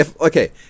Okay